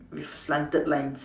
with slanted lines